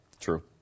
True